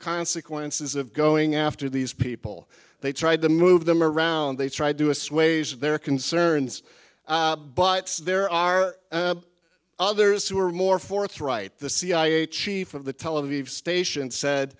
consequences of going after these people they tried to move them around they tried to assuage their concerns but there are others who are more forthright the cia chief of the television station said